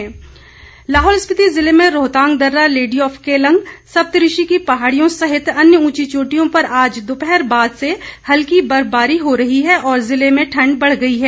मौसम लाहौल स्पीति जिले में रोहतांग दर्रा लेडी ऑफ केलंग सप्तऋषि की पहाड़ियों सहित अन्य ऊंची चोटियों पर आज दोपहर बाद से हल्की बर्फबारी हो रही है और ज़िले में ठण्ड बढ़ गई है